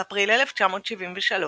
באפריל 1973,